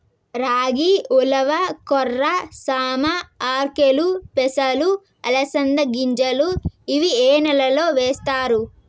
రాగి, ఉలవ, కొర్ర, సామ, ఆర్కెలు, పెసలు, అలసంద గింజలు ఇవి ఏ నెలలో వేస్తారు?